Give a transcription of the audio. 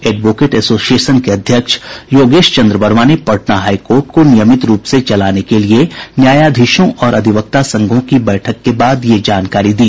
advocate association के अध्यक्ष योगेश चंद्र वर्मा ने पटना हाई कोर्ट को नियमित रूप से चलाने के लिये न्यायाधीशों और अधिवक्ता संघों की बैठक के बाद ये जानकारी दी